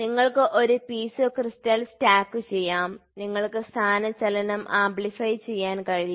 നിങ്ങൾക്ക് piezo crystal സ്റ്റാക്കുചെയ്യാം നിങ്ങൾക്ക് സ്ഥാനചലനം ആംപ്ലിഫൈ ചെയ്യാൻ കഴിയും